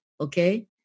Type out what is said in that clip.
okay